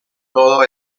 todo